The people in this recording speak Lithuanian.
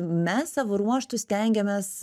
mes savo ruožtu stengiamės